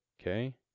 Okay